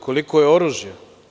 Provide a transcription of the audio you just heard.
Koliko je oružja?